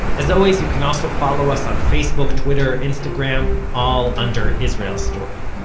as always, you can also follow us on facebook, twitter, instagram, all under israel story.